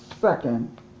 second